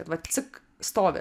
kad vat cik stovi